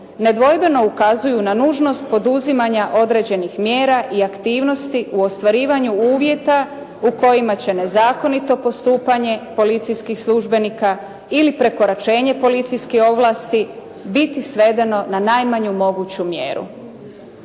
nedvojbeno ukazuju na nužnost poduzimanja određenih mjera i aktivnosti u ostvarivanju uvjeta u kojima će nezakonito postupanje policijskih službenika ili prekoračenje policijskih ovlasti biti svedeno na najmanju moguću mjeru.